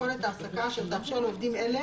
מתכונת העסקה אשר תאפשר לעובדים אלה